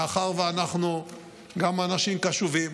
מאחר שאנחנו גם אנשים קשובים,